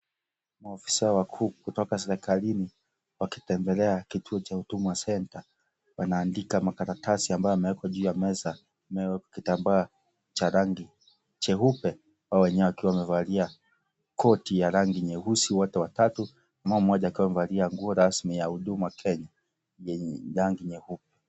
Maafisa wakuu kutoka serikalini wakitembelea kituo cha Huduma center. Wanaandika makaratasi ambayo yamewekwa kuu ya meza, iliyo na kitambaa cha rangi cheupe wao wenyewe wakiwa wamevalia, koti ya rangi nyeusi wote watatu, na huyo mmoja akiwa amevalia nguo rasmi ya huduma kenya yenye rangi nyeupe.